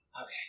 Okay